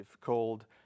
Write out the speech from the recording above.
called